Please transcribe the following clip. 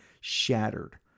shattered